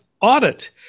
audit